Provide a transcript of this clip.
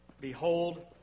Behold